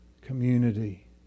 community